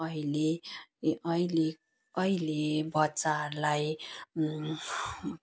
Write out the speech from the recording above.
अहिले ए अहिले अहिले बच्चाहरूलाई